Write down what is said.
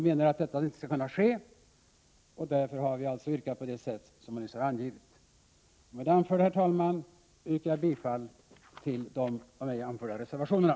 Detta skall inte kunna ske, och därför har vi yrkat på det sätt som jag nyss har angivit. Med det anförda, herr talman, yrkar jag bifall till de av mig nämnda reservationerna.